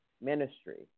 ministry